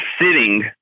sitting